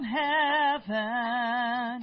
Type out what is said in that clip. heaven